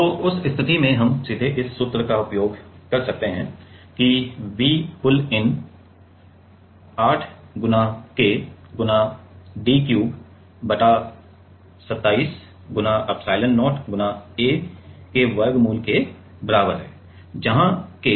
तो उस स्थिति में हम सीधे इस सूत्र का उपयोग कर सकते हैं कि V पुल इन 8 K गुणा d क्यूब बटा 27 एप्सिलोन0 A के वर्गमूल के बराबर है जहा K प्रभावी K होगा